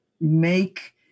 make